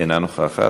אינה נוכחת,